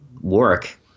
work